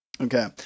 Okay